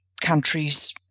countries